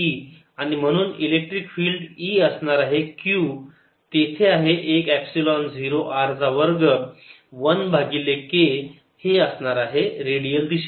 आणि म्हणून electric field E असणार आहे Q तेथे आहे एक एपसिलोन 0 r चा वर्ग 1 भागिले k हे असणार आहे रेडियल दिशेत